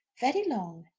very long.